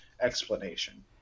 explanation